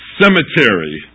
cemetery